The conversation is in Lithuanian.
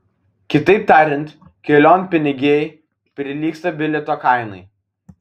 kitaip tariant kelionpinigiai prilygsta bilieto kainai